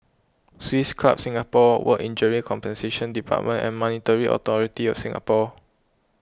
Swiss Club Singapore Work Injury Compensation Department and Monetary Authority of Singapore